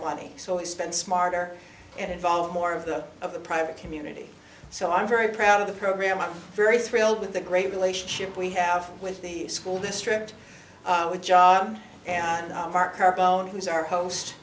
money so we spend smarter and involve more of the of the private community so i'm very proud of the program i'm very thrilled with the great relationship we have with the school district with job and our carbone who's our